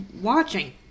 watching